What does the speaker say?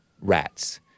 rats